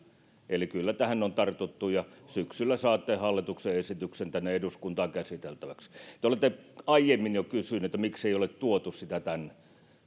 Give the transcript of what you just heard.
eli kyllä tähän on tartuttu ja syksyllä saatte hallituksen esityksen tänne eduskuntaan käsiteltäväksi te olette aiemmin jo kysynyt miksei ole tuotu sitä tänne